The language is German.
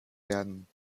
werden